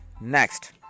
Next